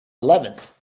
eleventh